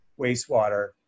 wastewater